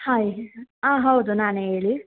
hi ಹಾಂ ಹೌದು ನಾನೇ ಹೇಳಿ